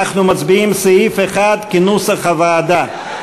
אנחנו מצביעים על סעיף 1 כנוסח הוועדה.